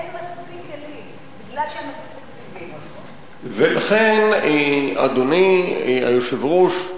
אין מספיק כלים בגלל, ולכן, אדוני היושב-ראש,